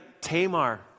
Tamar